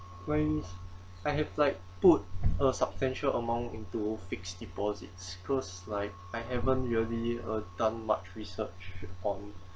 when I have like put a substantial amount into fixed deposits cause like I haven't really uh done much research on